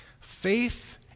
faith